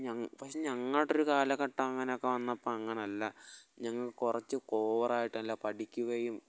പക്ഷേ ഞങ്ങളുടെ ഒരു കാലഘട്ടം അങ്ങനെയൊക്കെ വന്നപ്പം അങ്ങനെയല്ല ഞങ്ങൾ കുറച്ചൊക്കെ ഓവറായിട്ട് നല്ല പഠിക്കുകയും